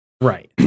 Right